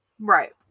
Right